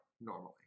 normally